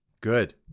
Good